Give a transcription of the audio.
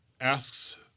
asks